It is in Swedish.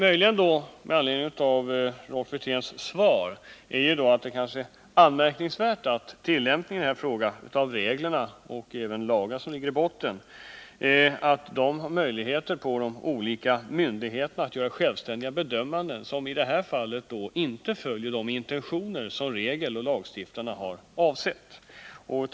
Med anledning av Rolf Wirténs svar kan man möjligen säga att det är anmärkningsvärt att de olika myndigheterna har möjlighet till självständiga tillämpningar av reglerna och även av de lagar som ligger i botten. varvid man i detta fall inte följt de intentioner som regelskrivarna och lagstiftarna haft.